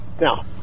Now